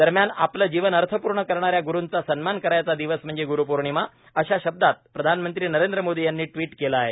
दरम्यान आपलं जीवन अर्थपूर्ण करणा या ग्रुंचा सन्मान करायचा दिवस म्हणजे ग्रूपौर्णिमा अशा शब्दात प्रधानमंत्री नरेंद्र मोदी यांनी ट्विट केलं आहे